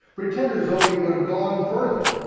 pretended as though he would've gone further.